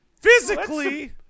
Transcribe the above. physically